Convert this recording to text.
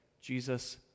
Jesus